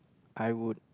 I would